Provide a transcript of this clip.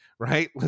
Right